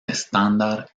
estándar